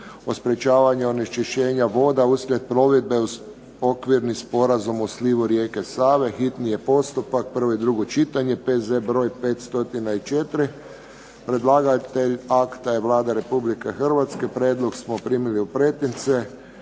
o sprječavanju onečišćenja voda uslijed plovidbe uz Okvirni sporazum u slivu Rijeke Save, hitni postupak, prvo i drugo čitanje, P.Z. br. 504 Predlagatelj akta je Vlada Republike Hrvatske. Prijedlog smo primili u pretince.